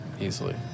Easily